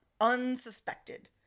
Unsuspected